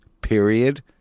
Period